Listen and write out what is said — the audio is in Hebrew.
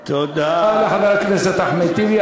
תודה לחבר הכנסת אחמד טיבי.